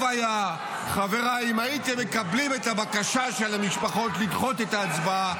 טוב היה אם הייתם מקבלים את הבקשה של המשפחות לדחות את ההצבעה,